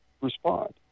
respond